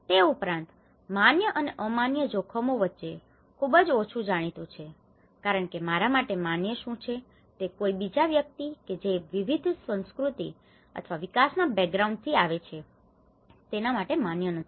તે ઉપરાંત માન્ય અને અમાન્ય જોખમો વચ્ચે ખુબજ ઓછું જાણીતું છે કારણ કે મારા માટે માન્ય શું છે તે કોઈ બીજા વ્યક્તિ કે જે વિવિધ સંસ્કૃતિ અથવા તો વિકાસ ના બેકગ્રાઉન્ડ થી આવે છે તેના માટે માન્ય નથી